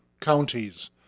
counties